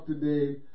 today